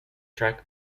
track